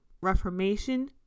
Reformation